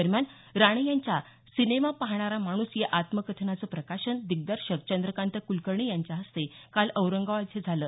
दरम्यान राणे यांच्या सिनेमा पाहणारा माणूस या आत्मकथनाचं प्रकाशन दिग्दर्शक चंद्रकांत कुलकर्णी यांच्या हस्ते काल औरंगाबाद इथं झालं